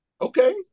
Okay